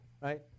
right